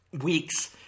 Weeks